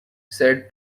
said